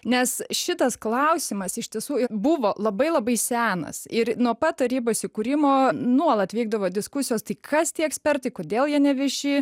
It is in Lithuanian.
nes šitas klausimas iš tiesų buvo labai labai senas ir nuo pat tarybos įkūrimo nuolat vykdavo diskusijos tai kas tie ekspertai kodėl jie nevieši